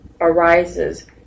arises